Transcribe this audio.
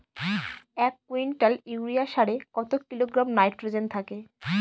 এক quintal urea সারে কত কিলোগ্রাম নাইট্রোজেন থাকে?